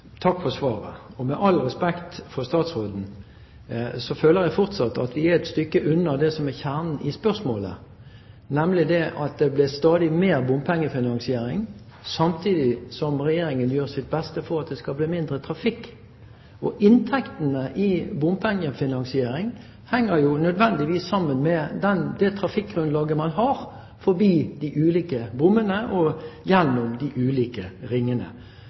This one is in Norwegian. Takk for svaret. Med all respekt for statsråden føler jeg fortsatt at vi er et stykke unna det som er kjernen i spørsmålet, nemlig at det blir stadig mer bompengefinansiering samtidig som Regjeringen gjør sitt beste for at det skal bli mindre trafikk. Inntektene fra bompengefinansiering henger nødvendigvis sammen med det trafikkgrunnlaget man har forbi de ulike bommene og gjennom de ulike ringene.